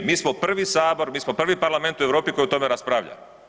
Mi smo prvi Sabor, mi smo prvi Parlament u Europi koji o tome raspravlja.